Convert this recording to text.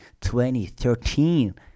2013